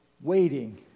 waiting